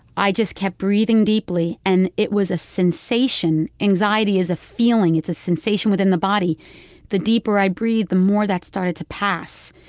i just kept breathing deeply. and it was a sensation. anxiety is a feeling, a sensation within the body the deeper i breathed, the more that started to pass.